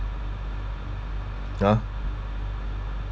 !huh!